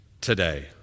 today